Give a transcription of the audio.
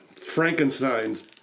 Frankenstein's